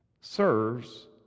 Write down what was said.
serves